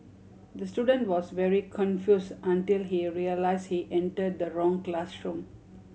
the student was very confuse until he realise he enter the wrong classroom